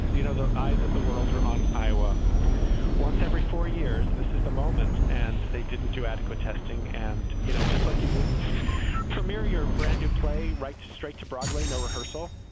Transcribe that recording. you know, the eyes of the world are on iowa once every four years. this is the moment. and they didn't do adequate testing. and, you know, just like you wouldn't premier your brand new play right straight to broadway. no rehearsal.